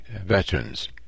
veterans